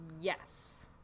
yes